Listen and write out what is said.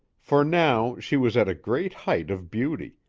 for now she was at a great height of beauty,